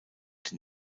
den